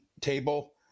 table